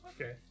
Okay